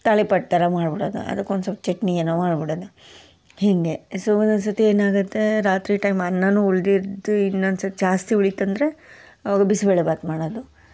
ತಾಳಿಪಟ್ಟು ಥರ ಮಾಡ್ಬಿಡೋದು ಅದಕ್ಕೊಂದು ಸ್ವಲ್ಪ ಚಟ್ನಿ ಏನೋ ಮಾಡ್ಬಿಡದು ಹೀಗೆ ಸೊ ಒಂದೊಂದು ಸರ್ತಿ ಏನಾಗುತ್ತೆ ರಾತ್ರಿ ಟೈಮ್ ಅನ್ನನೂ ಉಳಿದಿದ್ದು ಇನ್ನೊಂದು ಸ್ವಲ್ಪ ಜಾಸ್ತಿ ಉಳೀತಂದ್ರೆ ಅವಾಗ ಬಿಸಿಬೇಳೆಬಾತ್ ಮಾಡೋದು